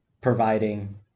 providing